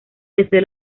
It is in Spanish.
desde